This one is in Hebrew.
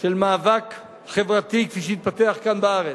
של מאבק חברתי כפי שהתפתח כאן בארץ,